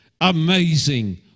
amazing